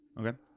Okay